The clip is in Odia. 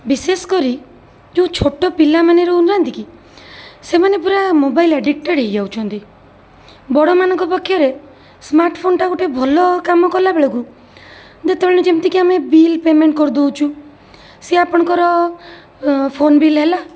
ବିଶେଷ କରି ଯେଉଁ ଛୋଟ ପିଲାମାନେ ରହୁନାହାଁନ୍ତି କି ସେମାନେ ପୂରା ମୋବାଇଲ ଆଡ଼ିକଟେଡ଼୍ ହେଇଯାଉଛନ୍ତି ବଡ଼ମାନଙ୍କ ପକ୍ଷରେ ସ୍ମାର୍ଟ ଫୋନଟା ଗୋଟେ ଭଲ କାମ କଲା ବେଳକୁ ଯେତେବେଳେ ଯେମିତି କି ଆମେ ବିଲ୍ ପେମେଣ୍ଟ କରିଦେଉଛୁ ସିଏ ଆପଣଙ୍କର ଓ ଫୋନ ବିଲ୍ ହେଲା